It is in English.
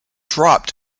dropped